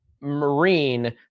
Marine